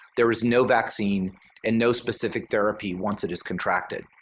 there is no vaccine and no specific therapy once it is contracted.